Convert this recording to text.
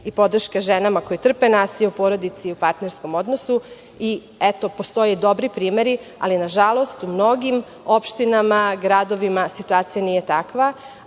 i podrške ženama koje trpe nasilje u porodici i partnerskom odnosu i eto postoje i dobri primeri, ali nažalost u mnogim opštinama, gradovima situacija nije takva. Mi